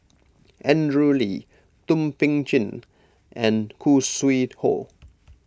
Andrew Lee Thum Ping Tjin and Khoo Sui Hoe